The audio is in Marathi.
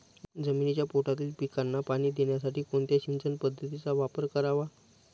जमिनीच्या पोटातील पिकांना पाणी देण्यासाठी कोणत्या सिंचन पद्धतीचा वापर करावा?